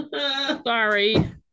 sorry